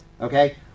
Okay